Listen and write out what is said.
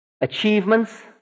Achievements